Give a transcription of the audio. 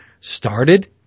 started